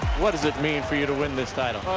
what does it mean for you to win this title?